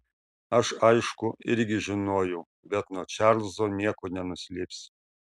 aš aišku irgi žinojau bet nuo čarlzo nieko nenuslėpsi